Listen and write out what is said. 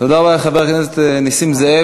תודה רבה לחבר הכנסת נסים זאב.